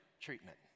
treatment